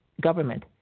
government